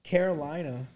Carolina